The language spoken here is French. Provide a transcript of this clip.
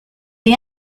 les